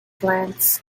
glance